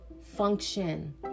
function